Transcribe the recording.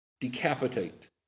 decapitate